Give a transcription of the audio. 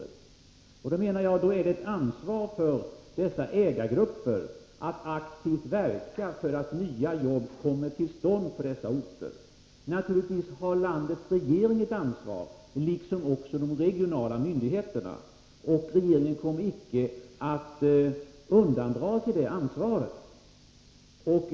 Då menar jag att dessa ägargrupper har ett ansvar att aktivt verka för att nya jobb kommer till stånd på dessa orter. Naturligtvis har landets regering ett ansvar, liksom de regionala myndigheterna, och regeringen kommer inte att undandra sig det ansvaret.